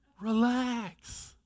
Relax